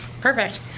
Perfect